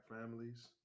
families